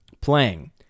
playing